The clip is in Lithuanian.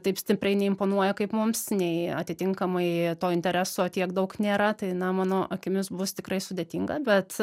taip stipriai neimponuoja kaip mums nei atitinkamai to intereso tiek daug nėra tai na mano akimis bus tikrai sudėtinga bet